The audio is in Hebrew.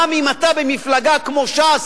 גם אם אתה במפלגה כמו ש"ס,